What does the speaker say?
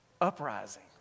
uprising